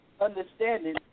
understanding